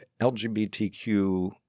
LGBTQ